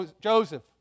Joseph